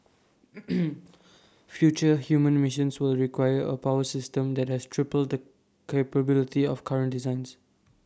future human missions will require A power system that has triple the capability of current designs